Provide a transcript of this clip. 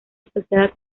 asociada